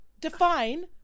Define